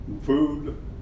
food